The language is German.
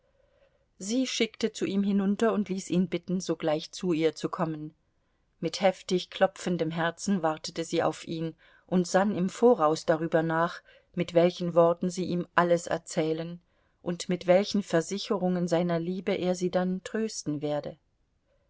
sie schickte zu ihm hinunter und ließ ihn bitten sogleich zu ihr zu kommen mit heftig klopfendem herzen wartete sie auf ihn und sann im voraus darüber nach mit welchen worten sie ihm alles erzählen und mit welchen versicherungen seiner liebe er sie dann trösten werde